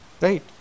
right